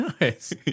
Nice